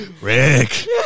Rick